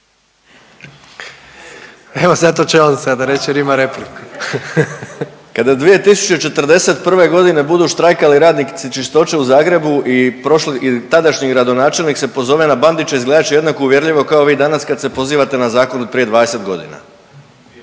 Evo zato će on sada reći, jer ima repliku. **Bauk, Arsen (SDP)** Kada 2041. godine budu štrajkali radnici Čistoće u Zagrebu i tadašnji gradonačelnik se pozove na Bandića izgledat će jednako uvjerljivo kao vi danas kad se pozivate na zakon od prije 20 godina.